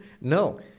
No